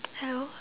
hello